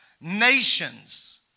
nations